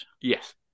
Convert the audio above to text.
yes